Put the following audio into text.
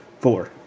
Four